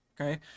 Okay